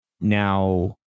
now